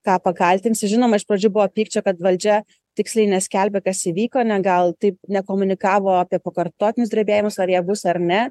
ką pakaltinsi žinoma iš pradžių buvo pykčio kad valdžia tiksliai neskelbė kas įvyko ne gal taip nekomunikavo apie pakartotinius drebėjimus ar jie bus ar ne